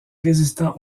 résistant